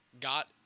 got